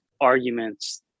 arguments